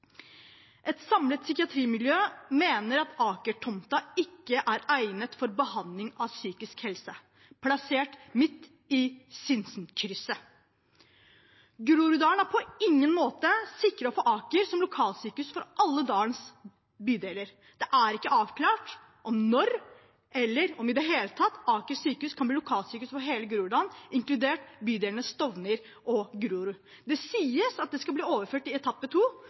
Et samlet psykiatrimiljø mener at Aker-tomta ikke er egnet for behandling av psykisk helse, plassert midt i Sinsenkrysset. Groruddalen er på ingen måte sikret å få Aker som lokalsykehus for alle dalens bydeler. Det er ikke avklart når eller om i det hele tatt Aker sykehus kan bli lokalsykehus for hele Groruddalen, inkludert bydelene Stovner og Grorud. Det sies at det skal bli overført i etappe to,